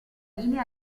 linea